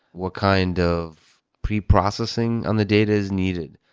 what kind of preprocessing on the data is needed?